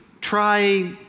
try